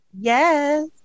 yes